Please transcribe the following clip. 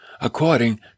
according